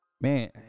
Man